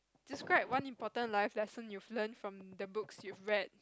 describe one important life lesson you've learnt from the books you've read